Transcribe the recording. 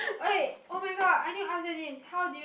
okay oh-my-god I need to ask you this how did you